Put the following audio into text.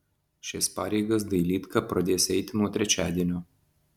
šias pareigas dailydka pradės eiti nuo trečiadienio